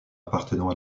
appartenant